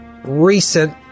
recent